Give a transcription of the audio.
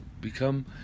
Become